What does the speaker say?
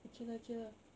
okay lah okay lah